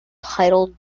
titled